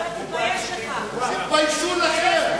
תתבייש לך.